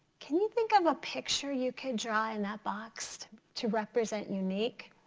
can you think of a picture you could draw in that box to represent unique?